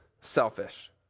selfish